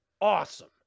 awesome